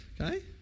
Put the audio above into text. Okay